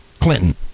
Clinton